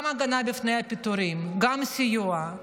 גם הגנה מפני פיטורים, גם סיוע.